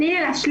תני לי להשלים.